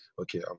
Okay